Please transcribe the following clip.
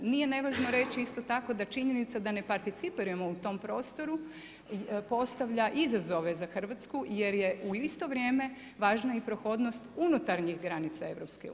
Nije nevažno reći isto tako da činjenica da ne participiramo u tom prostoru postavlja izazove za Hrvatsku, jer je u isto vrijeme važna i prohodnost unutarnjih granica EU.